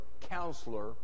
counselor